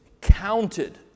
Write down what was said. counted